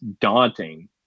daunting